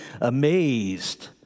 amazed